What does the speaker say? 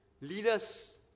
leaders